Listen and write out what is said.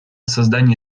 создании